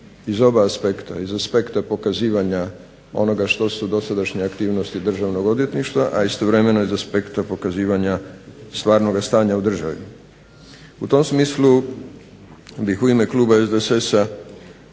iz oba aspekta. Iz aspekta pokazivanja onoga što su dosadašnje aktivnosti Državno odvjetništva, a istovremeno iz aspekta pokazivanja stvarnoga stanja u državi. U tom smislu bih u ime Kluba SDSS-a